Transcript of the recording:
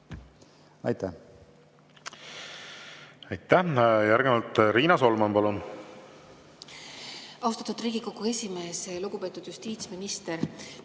palun! Aitäh! Järgnevalt Riina Solman, palun! Austatud Riigikogu esimees! Lugupeetud justiitsminister!